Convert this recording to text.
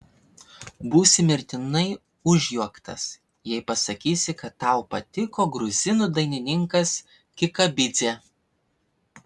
būsi mirtinai užjuoktas jei pasakysi kad tau patiko gruzinų dainininkas kikabidzė